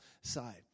side